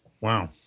Wow